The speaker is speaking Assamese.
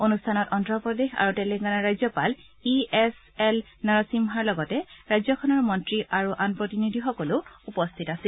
অনুষ্ঠানত অজ্ঞপ্ৰদেশ আৰু তেলেংগানাৰ ৰাজ্যপাল ই এছ এল নৰসিম্হাৰ লগতে ৰাজ্যখনৰ মন্ত্ৰী আৰু আন প্ৰতিনিধিসকলো উপস্থিত আছিল